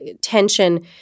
tension